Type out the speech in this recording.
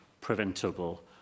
preventable